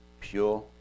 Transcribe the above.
pure